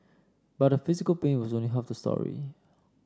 but the physical pain was only half the story